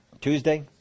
Tuesday